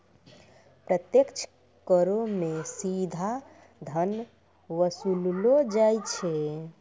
प्रत्यक्ष करो मे सीधा धन वसूललो जाय छै